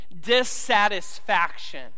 dissatisfaction